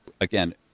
Again